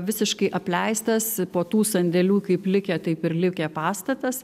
visiškai apleistas po tų sandėlių kaip likę taip ir likę pastatas